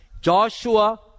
Joshua